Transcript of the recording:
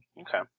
Okay